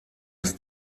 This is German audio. des